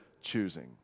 choosing